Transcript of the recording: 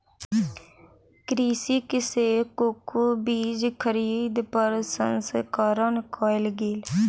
कृषक सॅ कोको बीज खरीद प्रसंस्करण कयल गेल